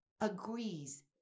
agrees